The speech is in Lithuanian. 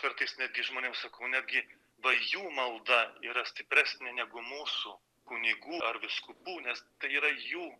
kartais netgi žmonėm sakau netgi va jų malda yra stipresnė negu mūsų kunigų ar vyskupų nes tai yra jų